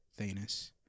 Thanos